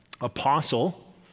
Apostle